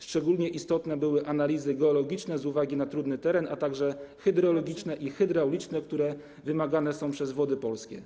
Szczególnie istotne były analizy geologiczne, z uwagi na trudny teren, a także hydrologiczne i hydrauliczne, które wymagane są przez Wody Polskie.